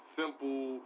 simple